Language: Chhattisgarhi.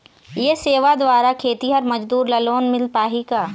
ये सेवा द्वारा खेतीहर मजदूर ला लोन मिल पाही का?